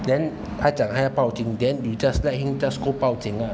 then 他讲他要报警 then you just let him just go 报警啊